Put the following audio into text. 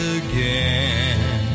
again